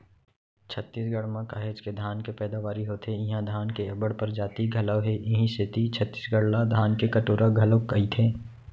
छत्तीसगढ़ म काहेच के धान के पैदावारी होथे इहां धान के अब्बड़ परजाति घलौ हे इहीं सेती छत्तीसगढ़ ला धान के कटोरा घलोक कइथें